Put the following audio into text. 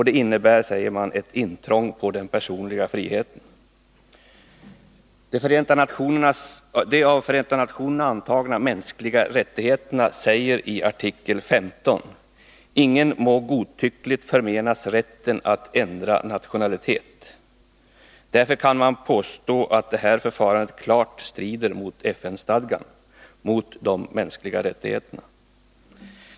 De innebär ett intrång i den personliga friheten. I den av Förenta nationerna antagna resolutionen om de mänskliga rättigheterna sägs i artikel 15: Ingen må godtyckligt förmenas rätten att ändra nationalitet. Därför kan man påstå att det i min fråga återgivna förfarandet klart strider mot FN-stadgan om de mänskliga rättigheterna.